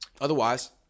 Otherwise